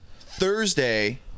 Thursday